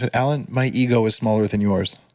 and alan, my ego is smaller than yours.